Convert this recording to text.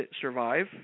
survive